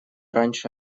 раньше